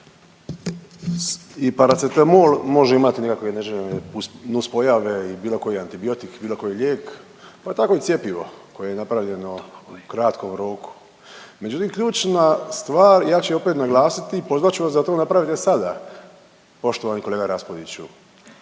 I paracetamol može imati nekakve neželjene nuspojave i bilo koji antibiotik, bilo koji lijek. Pa tako i cjepivo koje je napravljeno u kratkom roku. Međutim ključna stvar, ja ću je opet naglasiti. Pozvat ću vas da to napravite sada poštovani kolega Raspudiću.